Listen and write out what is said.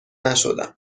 نشدم